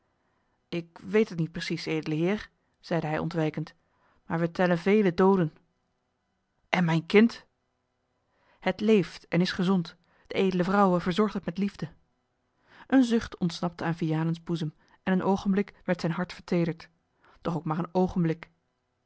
ik weet het niet precies edele heer zeide hij ontwijkend maar wij tellen vele dooden en mijn kind het leeft en is gezond de edele vrouwe verzorgt het met liefde een zucht ontsnapte aan vianens boezem en een oogenblik werd zijn hart verteederd doch ook maar een oogenblik